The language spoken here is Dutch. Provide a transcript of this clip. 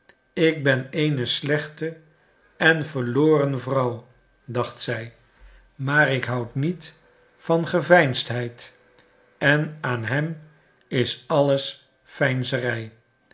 ik ben eene slechte een verloren vrouw dacht zij maar ik houd niet van geveinsdheid en aan hem is alles veinzerij